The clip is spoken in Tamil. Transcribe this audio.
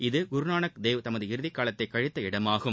இது குருநானக் தேவ் தமது இறுதி காலத்தை கழித்த இடமாகும்